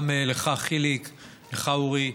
גם לך, חיליק, לך, אורי,